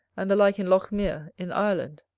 and the like in lochmere in ireland.